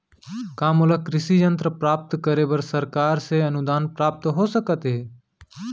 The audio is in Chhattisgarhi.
का मोला कृषि यंत्र प्राप्त करे बर सरकार से अनुदान प्राप्त हो सकत हे?